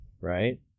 right